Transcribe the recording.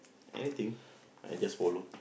anything I just follow